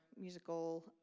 musical